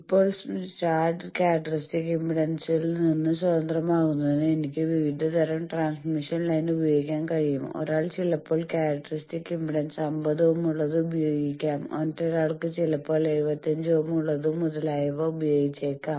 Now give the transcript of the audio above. ഇപ്പോൾ chart characteristic ഇംപെഡൻസിൽ നിന്ന് സ്വതന്ത്രമാക്കുന്നതിന് എനിക്ക് വിവിധ തരം ട്രാൻസ്മിഷൻ ലൈൻ ഉപയോഗിക്കാൻ കഴിയും ഒരാൾ ചിലപോൾ ക്യാറക്ടർസ്റ്റിക് ഇംപെഡൻസ് 50 ഓം ഉള്ളത് ഉപയോഗിക്കാം മറ്റൊരാൾ ചിലപ്പോൾ 75 ഓം ഉള്ളത് മുതലായവ ഉപയോഗിച്ചേക്കാം